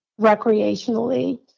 recreationally